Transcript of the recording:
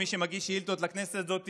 ומי שמגיש שאילתות לכנסת הזאת,